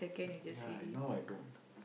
ya I now I don't